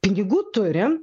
pinigų turi